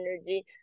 energy